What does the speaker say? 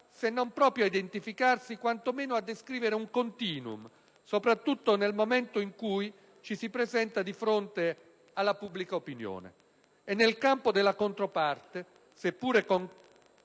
se non proprio a identificarsi, quantomeno a descrivere un *continuum*, soprattutto nel momento in cui ci si presenta di fronte alla pubblica opinione. E nel campo della controparte, seppure con